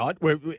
right